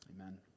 Amen